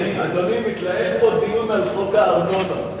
אדוני, מתנהל פה דיון על חוק הארנונה.